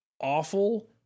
awful